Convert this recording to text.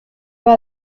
pas